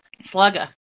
Slugger